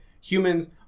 humans